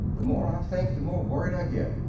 the more i think, the more worried i get.